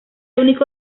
único